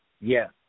Yes